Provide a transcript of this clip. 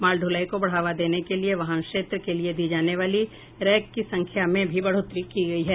माल दुलाई को बढ़ावा देने के लिए वाहन क्षेत्र के लिए दी जाने वाली रैक की संख्या में भी बढ़ोतरी की गई है